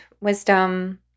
wisdom